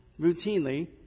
routinely